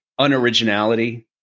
unoriginality